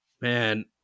man